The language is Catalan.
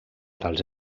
tals